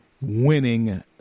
winning